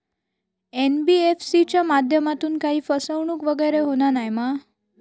NBFC च्या माध्यमातून काही फसवणूक वगैरे होना नाय मा?